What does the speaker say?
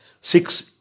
six